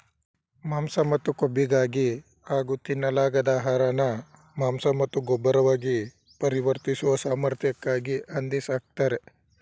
ಮಾಂಸ ಮತ್ತು ಕೊಬ್ಬಿಗಾಗಿ ಹಾಗೂ ತಿನ್ನಲಾಗದ ಆಹಾರನ ಮಾಂಸ ಮತ್ತು ಗೊಬ್ಬರವಾಗಿ ಪರಿವರ್ತಿಸುವ ಸಾಮರ್ಥ್ಯಕ್ಕಾಗಿ ಹಂದಿ ಸಾಕ್ತರೆ